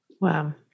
Wow